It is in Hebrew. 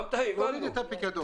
להוריד את הפיקדון.